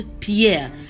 Pierre